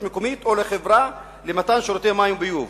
מקומית או לחברה למתן שירותי מים וביוב.